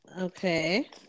Okay